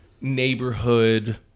neighborhood